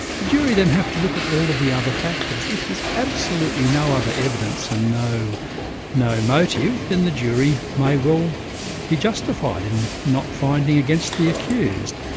the jury then have to look at all of the other factors. if there's absolutely no other evidence and no no motive, then the jury may well be justified in not finding against the accused.